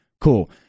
Cool